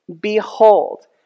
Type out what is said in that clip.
behold